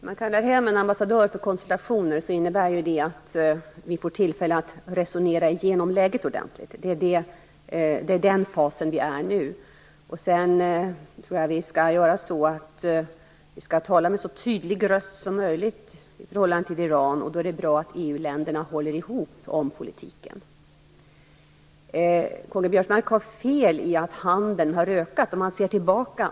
Fru talman! När man kallar hem en ambassadör för konsultationer innebär det att vi får tillfälle att resonera igenom läget ordentligt. Det är i den fasen vi är nu. Jag tror att vi skall göra så att vi skall tala med en så tydlig röst som möjligt i förhållande till Iran. Då är det bra att EU-länderna håller ihop om politiken. K-G Biörsmark har fel i att handeln med Iran har ökat.